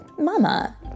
Mama